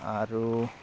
আৰু